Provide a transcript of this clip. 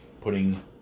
putting